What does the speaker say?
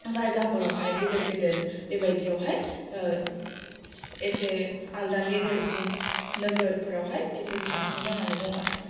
जायगाफोरावहाय गेदेर गेदेर बेबादियावहाय ओ एसे आलादा गेदेरसिन नोगोरफोरावहाय एसे साबसिन जानानै दं आरो